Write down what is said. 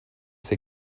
ses